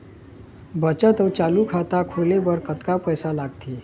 बचत अऊ चालू खाता खोले बर कतका पैसा लगथे?